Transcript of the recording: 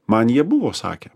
man jie buvo sakę